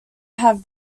have